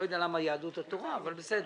אני לא יודע למה יהדות התורה, אבל בסדר.